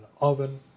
oven